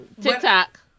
TikTok